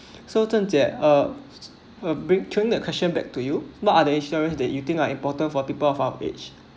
so zhen jie uh uh brin~ turning the question back to you what are the insurance that you think are important for people of our age